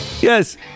Yes